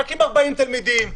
רק עם 40 תלמידים,